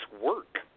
work